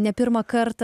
ne pirmą